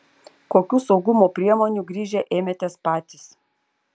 kokių saugumo priemonių grįžę ėmėtės patys